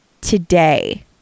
Today